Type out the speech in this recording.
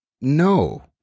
no